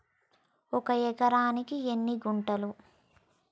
ఒక ఎకరానికి ఎన్ని గుంటలు?